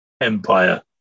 Empire